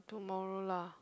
tomorrow lah